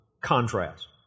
contrast